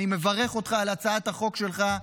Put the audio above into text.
אני מברך אותך על הצעת החוק שלך,